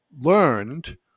learned